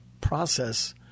process